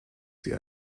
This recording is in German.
sie